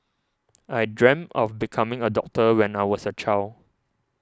I dreamt of becoming a doctor when I was a child